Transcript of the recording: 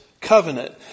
covenant